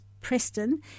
Preston